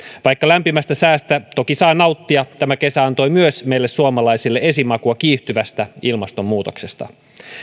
vaikka lämpimästä säästä toki sai nauttia tämä kesä antoi meille suomalaisille myös esimakua kiihtyvästä ilmastonmuutoksesta